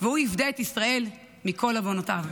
והוא יפדה את ישראל מכל עוֹנותיו".